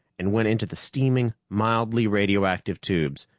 and went into the steaming, mildly radioactive tubes,